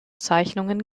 zeichnungen